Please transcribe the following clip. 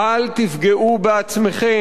אל תפגעו בעצמכם,